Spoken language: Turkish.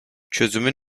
çözümü